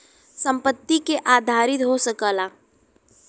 संपत्ति पे आधारित हो सकला